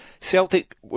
Celtic